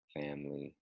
family